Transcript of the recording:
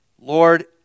Lord